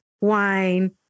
wine